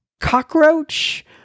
cockroach